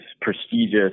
prestigious